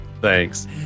Thanks